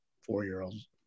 four-year-olds